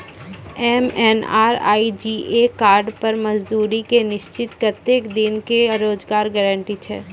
MNREGA card पर मजदुर के निश्चित कत्तेक दिन के रोजगार गारंटी छै?